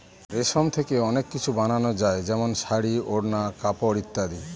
রেশম থেকে অনেক কিছু বানানো যায় যেমন শাড়ী, ওড়না, কাপড় ইত্যাদি